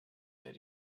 that